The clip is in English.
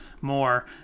more